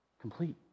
Complete